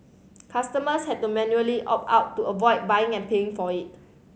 customers had to manually opt out to avoid buying and paying for it